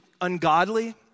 ungodly